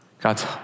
God's